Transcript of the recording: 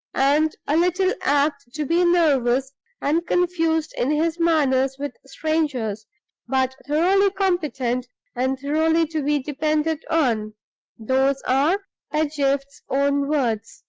and a little apt to be nervous and confused in his manner with strangers but thoroughly competent and thoroughly to be depended on those are pedgift's own words.